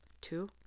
two